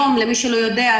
למי שלא יודע,